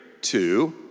two